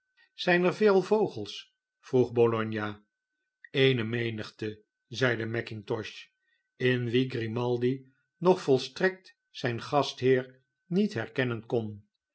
zijn er veel vogels vroeg bologna eene menigte zeide mackintosh in wien grimaldi nog volstrekt zijn gastheer niet herkennen kon